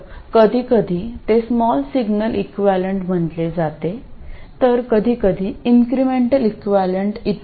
तर कधीकधी ते स्मॉल सिग्नल इक्विवलेंट म्हंटले जाते तर कधीकधी इन्क्रिमेंटल इक्विवलेंट इ